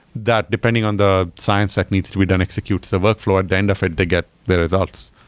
that depending on the science that needs to be done, executes the workflow at the end of it to get the results.